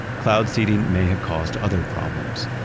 cloud seeding may have caused other problems.